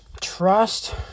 trust